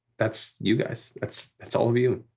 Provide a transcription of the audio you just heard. that's you guys, that's that's all of you.